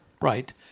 Right